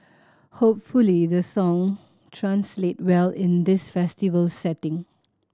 hopefully the song translate well in this festival setting